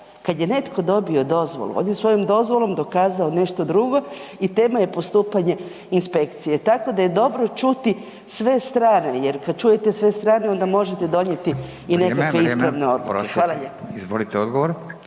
kad je netko dobio dozvolu, on je svojom dozvolom dokazao nešto drugo i tema je postupanje inspekcije, tako da je dobro čuti sve strane jer kad čujete sve strane, … …/Upadica Radin: Vrijeme, vrijeme, oprostite./…